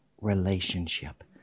relationship